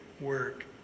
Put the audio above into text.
work